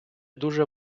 дуже